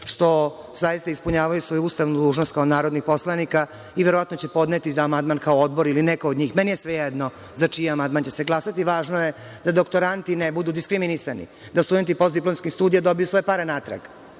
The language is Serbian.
što zaista ispunjavaju svoju ustavnu dužnost kao narodnih poslanika i verovatno će podneti amandman kao odbor ili neka od njih, meni je svejedno za čiji amandman će se glasati, važno je da doktoranti ne budu diskrimisani, da studenti postdiplomskih studija dobiju svoje pare natrag.